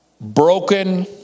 broken